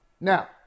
Now